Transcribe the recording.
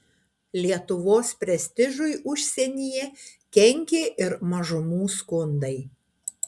lietuvos prestižui užsienyje kenkė ir mažumų skundai